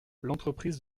l’entreprise